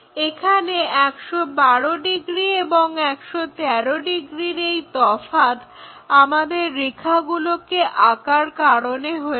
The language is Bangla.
এখানে 112 ডিগ্রী এবং 113 ডিগ্রির এই তফাৎ আমাদেররেখাগুলোকে আঁকার কারণে হয়েছে